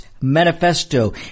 manifesto